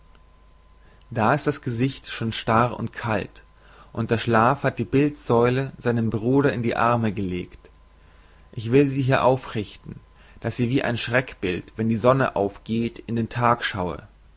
da ist das gesicht schon starr und kalt und der schlaf hat die bildsäule seinem bruder in die arme gelegt ich will sie hier aufrichten daß sie wie ein schreckbild wenn die sonne aufgeht in den tag schaue